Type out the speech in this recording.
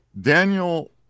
Daniel